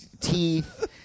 teeth